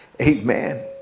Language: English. Amen